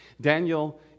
Daniel